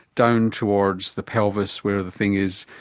down towards the pelvis where the thing is,